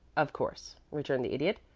of course, returned the idiot.